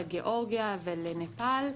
לגאורגיה ולנפאל,